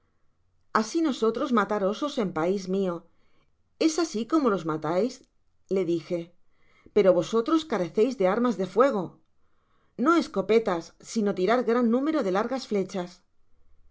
asi nosotros matar osos en pais mio es asi como los matais le dije pero vosotros careceis de armas de fuego no escopetas sino tirar gran número de largas flechas